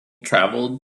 traveled